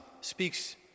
speaks